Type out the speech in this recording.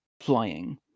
flying